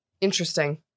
interesting